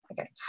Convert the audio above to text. Okay